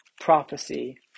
prophecy